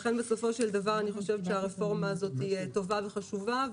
לכן אני חושבת שבסופו של דבר הרפורמה הזאת תהיה טובה וחשובה.